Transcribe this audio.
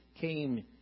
came